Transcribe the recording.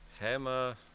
Hammer